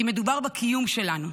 כי מדובר בקיום שלנו.